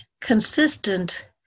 consistent